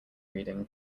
reading